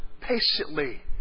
patiently